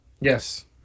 Yes